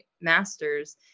master's